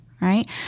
Right